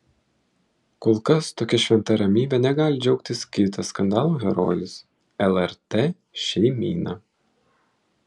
kol kas tokia šventa ramybe negali džiaugtis kitas skandalo herojus lrt šeimyna